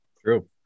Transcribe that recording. True